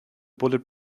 bullet